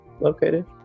located